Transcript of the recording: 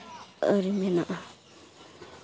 ᱟᱹᱨᱤ ᱢᱮᱱᱟᱜᱼᱟ